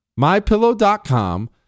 MyPillow.com